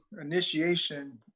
initiation